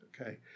okay